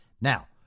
Now